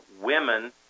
women